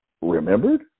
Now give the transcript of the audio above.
remembered